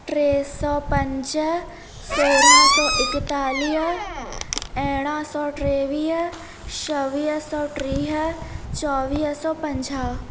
टे सौ पंज सोरहं सौ एकतालीह अरिड़हं सौ टेवीह छवीह सौ टीह चोवीह सौ पंजाहु